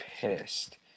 pissed